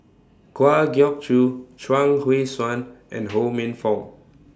Kwa Geok Choo Chuang Hui Tsuan and Ho Minfong